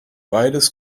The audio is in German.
beides